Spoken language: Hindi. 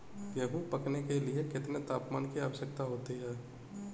गेहूँ पकने के लिए कितने तापमान की आवश्यकता होती है?